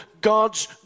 God's